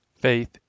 faith